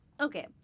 okay